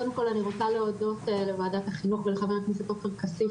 קודם כל אני רוצה להודות לוועדת החינוך ולחבר הכנסת עופר כסיף,